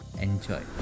Enjoy